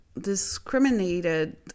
discriminated